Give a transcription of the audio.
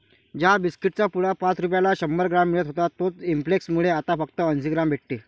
ज्या बिस्कीट चा पुडा पाच रुपयाला शंभर ग्राम मिळत होता तोच इंफ्लेसन मुळे आता फक्त अंसी ग्राम भेटते